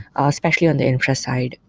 ah especially on the infra side.